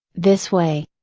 this way.